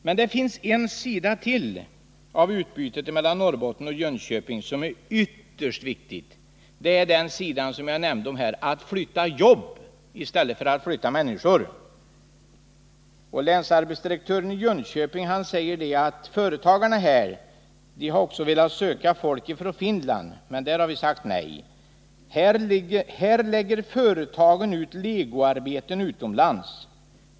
Men det finns en sida till i utbytet mellan Norrbottens och Jönköpings län som är ytterst viktig, nämligen att man flyttar jobb i stället för att flytta människor. Länsarbetsdirektören i Jönköping, Lasse Svenson, säger: Företagarna här har också velat söka folk från Finland, men där har vi sagt nej. Här lägger företagen ut legoarbeten utomlands.